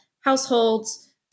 households